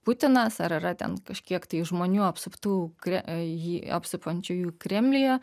putinas ar yra ten kažkiek tai žmonių apsuptų kre jį apsupančiųjų kremliuje